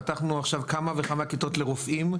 פתחנו עכשיו כמה וכמה כיתות לרופאים,